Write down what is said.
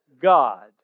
God